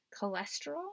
cholesterol